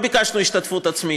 לא ביקשנו השתתפות עצמית.